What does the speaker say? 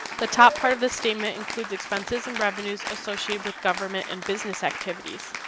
the top part of the statement includes expenses and revenues associated with government and business activities.